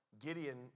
Gideon